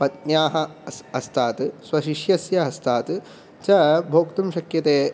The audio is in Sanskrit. पत्न्याः अ हस्तात् स्वशिष्यस्य हस्तात् च भोक्तुं शक्यते